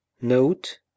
Note